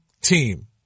team